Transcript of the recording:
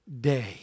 day